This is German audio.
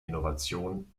innovation